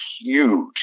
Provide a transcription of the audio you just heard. huge